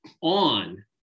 on